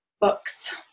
books